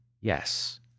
yes